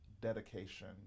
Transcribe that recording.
dedication